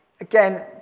again